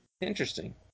Interesting